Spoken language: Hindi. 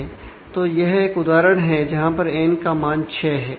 तो यह एक उदाहरण है जहां पर एन का मान 6 है